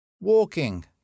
Walking